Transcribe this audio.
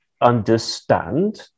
understand